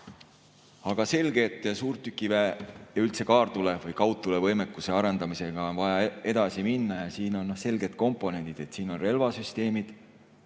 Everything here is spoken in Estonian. selge, et suurtükiväe ja üldse kaartule‑ ehk kaudtulevõimekuse arendamisega on vaja edasi minna. Ja siin on selged komponendid: siin on relvasüsteemid,